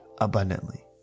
abundantly